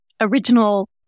original